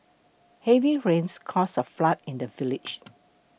heavy rains caused a flood in the village